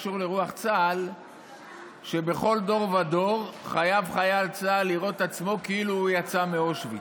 צה"ל שבכל דור ודור חייב חייל צה"ל לראות עצמו כאילו הוא יצא מאושוויץ.